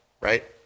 right